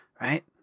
Right